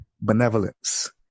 benevolence